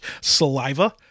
saliva